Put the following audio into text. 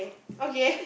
okay